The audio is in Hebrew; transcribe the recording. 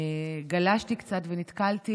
גלשתי קצת ונתקלתי